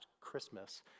Christmas